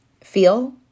feel